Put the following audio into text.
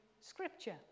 scripture